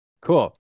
Cool